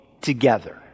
together